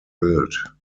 built